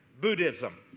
Buddhism